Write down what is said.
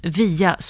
via